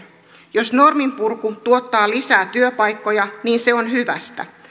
jos norminpurku tuottaa lisää työpaikkoja niin se on hyvästä